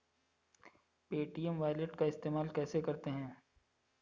Paytm wallet का इस्तेमाल कैसे करते हैं?